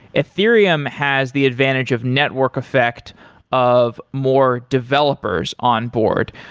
ethereum has the advantage of network effect of more developers onboard.